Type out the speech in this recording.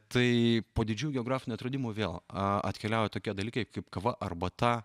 tai po didžiųjų geografinių atradimų vėl atkeliauja tokie dalykai kaip kava arbata